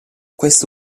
questa